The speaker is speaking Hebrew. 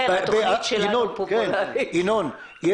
ינון,